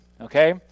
okay